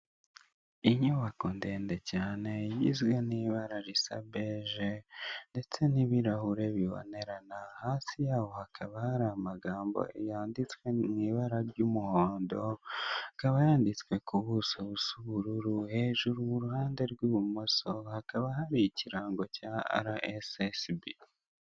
Inyubako ndende cyane igizwe n' ibara risa beje ndetse n' ibirahure bibonerena, hasi yaho hakaba hari amagambo yanditswe mu ibara ry' umuhondo akaba yanditswe ku buso busa ubururu, hejuru uruhande rw' ibumoso hakaba hari ikirango cya RSSB.